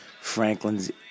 Franklin's